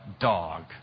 dog